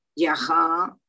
yaha